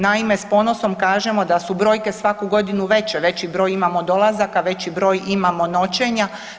Naime, s ponosom kažemo da su brojke svaku godinu veće, veći broj imamo dolazaka, veći broj imamo noćenja.